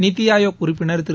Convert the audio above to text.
நித்தி ஆயோக் உறுப்பினர் திரு